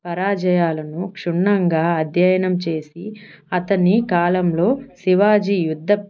పరాజయాలను క్షుణ్ణంగా అధ్యయనం చేసి అతని కాలంలో శివాజీ యుద్ధ